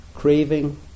craving